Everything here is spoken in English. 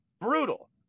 brutal